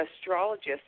astrologist